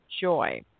Joy